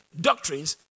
doctrines